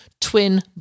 twin